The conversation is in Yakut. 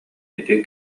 ити